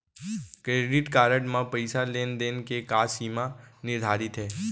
Credit card म पइसा लेन देन के का सीमा निर्धारित हे?